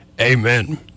amen